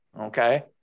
okay